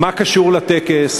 מה קשור לטקס,